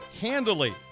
handily